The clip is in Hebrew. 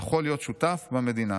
יכול להיות שותף במדינה"